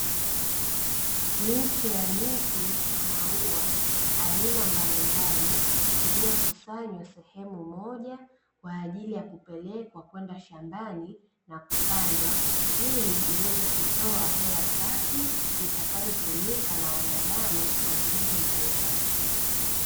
Miche ya miti na maua aina mbalimbali iliyokusanywa sehemu moja, kwa ajili ya kupelekwa kwenda shambani na kupandwa, ili iweze kutoa hewa safi itakayotumika na wanadamu na viumbe mbalimbali.